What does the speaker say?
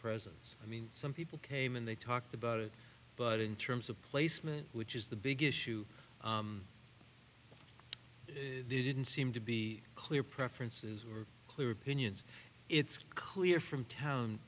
presence i mean some people came and they talked about it but in terms of placement which is the big issue didn't seem to be clear preferences were clear opinions it's clear from town